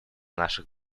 наших